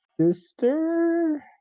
sister